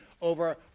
over